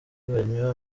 banywa